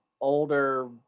older